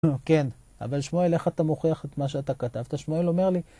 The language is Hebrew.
כן. אבל שמואל, איך אתה מוכיח את מה שאתה כתבת? שמואל אומר לי...